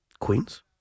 Queens